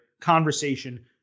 conversation